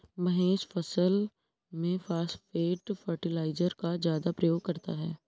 महेश फसल में phosphate fertiliser का ज्यादा प्रयोग करता है